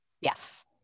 yes